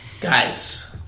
Guys